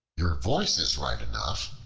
your voice is right enough,